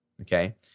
okay